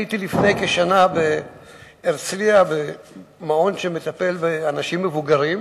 לפני כשנה הייתי בהרצלייה במעון שמטפל באנשים מבוגרים,